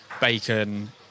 bacon